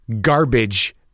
garbage